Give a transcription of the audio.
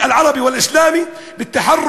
לעברית: אנו קוראים לעולם הערבי ולעולם המוסלמי לפעול